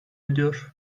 ediyor